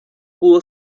pudo